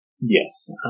Yes